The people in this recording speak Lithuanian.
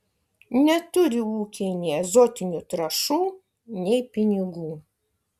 neturi ūkiai nei azotinių trąšų nei pinigų